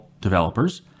developers